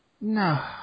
No